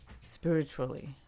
spiritually